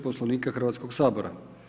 Poslovnika Hrvatskoga sabora.